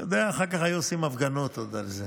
אני יודע, אחר כך עוד היו עושים הפגנות על זה.